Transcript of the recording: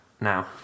now